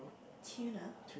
tuna